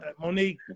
Monique